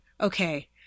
okay